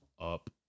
up